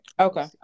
okay